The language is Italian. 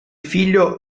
figlio